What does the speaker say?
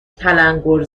تلنگور